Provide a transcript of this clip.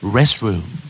Restroom